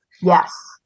Yes